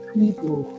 people